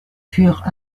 furent